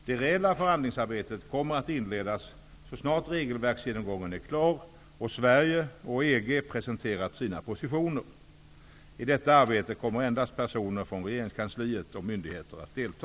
Det reella förhandlingsarbetet kommer att inledas så snart regelverksgenomgången är klar och Sverige och EG presenterat sina positioner. I detta arbete kommer endast personer från regeringskansliet och myndigheter att delta.